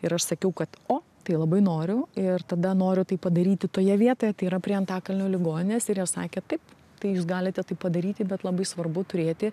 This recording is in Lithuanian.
ir aš sakiau kad o tai labai noriu ir tada noriu tai padaryti toje vietoje tai yra prie antakalnio ligoninės ir jie sakė taip tai jūs galite tai padaryti bet labai svarbu turėti